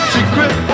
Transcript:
Secret